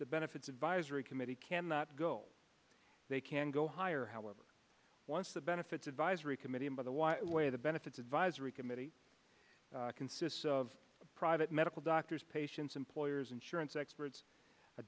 the benefits advisory committee cannot go they can go higher however once the benefits advisory committee by the why where the benefits advisory committee consists of private medical doctors patients employers insurance experts a